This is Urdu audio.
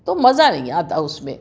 تو مزہ نہیں آتا اس میں